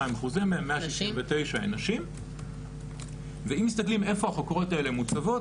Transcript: אחוזים 169 הן נשים ואם מסתכלים איפה החוקרות האלה מוצבות,